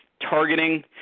Targeting